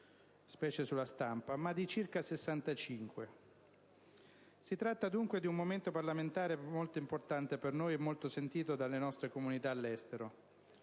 specie sulla stampa, ma di circa 65 milioni. Si tratta dunque di un momento parlamentare molto importante per noi e molto sentito dalle nostre comunità all'estero.